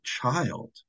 child